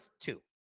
two